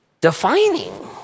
defining